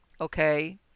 Okay